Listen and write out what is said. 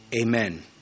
amen